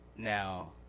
Now